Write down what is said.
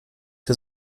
für